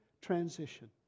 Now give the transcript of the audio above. transition